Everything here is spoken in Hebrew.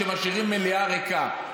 שמשאירים מליאה ריקה?